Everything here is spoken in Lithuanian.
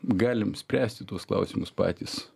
galim spręsti tuos klausimus patys